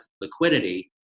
liquidity